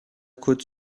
côte